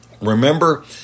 Remember